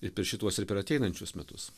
ir per šituos ir per ateinančius metus